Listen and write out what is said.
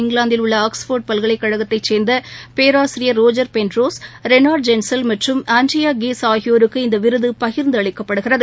இங்கிலாந்தில் உள்ள ஆக்ஸ்போர்டு பல்கலைக் கழகத்தை சேர்ந்த பேராசிரியர் ரோஜர் பென்ரோஸ் ரெனார்டு ஜென்சல் மற்றம் ஆண்ட்ரியா கீஸ் ஆகியோருக்கு இந்த விருது பகிர்ந்து அளிக்கப்படுகிறது